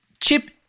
Chip